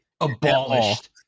Abolished